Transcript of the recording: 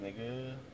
nigga